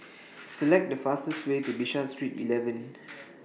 Select The fastest Way to Bishan Street eleven